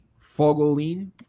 Fogolin